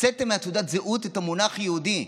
הוצאתם מתעודת הזהות את המונח "יהודי",